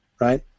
Right